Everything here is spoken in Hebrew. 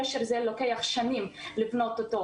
לוקח שנים לבנות את הקשר.